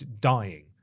dying